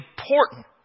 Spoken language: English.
important